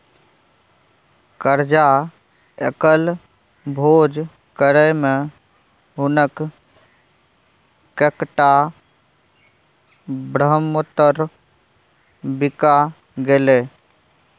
करजा लकए भोज करय मे हुनक कैकटा ब्रहमोत्तर बिका गेलै